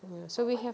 oh ya so we have